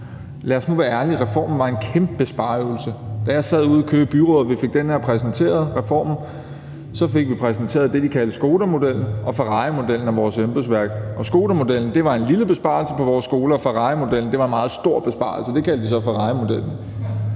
Lad os nu være ærlige: Reformen var en kæmpe spareøvelse. Da jeg sad ude i Køge Byråd og vi fik den her reform præsenteret, fik vi præsenteret det, de kaldte Skodamodellen og Ferrarimodellen, af vores embedsværk. Skodamodellen var en lille besparelse på vores skoler, og Ferrarimodellen var en meget stor besparelse, og den kaldte de så Ferrarimodellen.